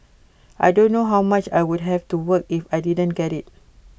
I don't know how much I would have to work if I didn't get IT